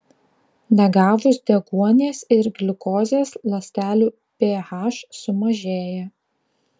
negavus deguonies ir gliukozės ląstelių ph sumažėja